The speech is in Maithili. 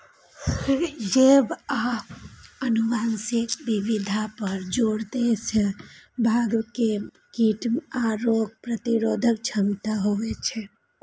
जैव आ आनुवंशिक विविधता पर जोर दै सं बाग मे कीट आ रोग प्रतिरोधक क्षमता होइ छै